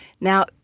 Now